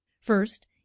First